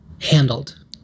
handled